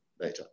later